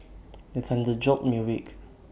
the thunder jolt me awake